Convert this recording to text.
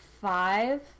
five